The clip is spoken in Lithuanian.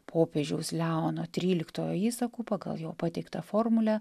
popiežiaus leono tryliktojo įsaku pagal jo pateiktą formulę